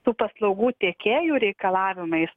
tų paslaugų tiekėjų reikalavimais